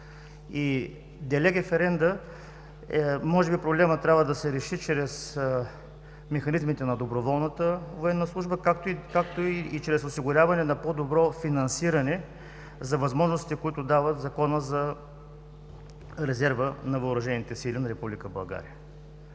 И де леги ференда може би проблемът трябва да се реши чрез механизмите на доброволната военна служба, както и чрез осигуряване на по-добро финансиране за възможностите, които дава Законът за резерва на Въоръжените сили на